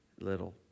Little